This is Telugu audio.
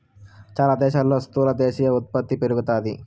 చాలా దేశాల్లో స్థూల దేశీయ ఉత్పత్తి పెరుగుతాది